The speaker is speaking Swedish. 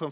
Privatpersoner ska givetvis kompenseras men med skattesänkningar, framför